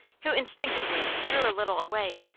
who instinctively drew a little away,